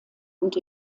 und